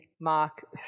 Mark